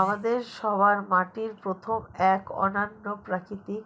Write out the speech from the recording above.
আমাদের সবার মাটির মতো এক অনন্য প্রাকৃতিক